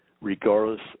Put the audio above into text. regardless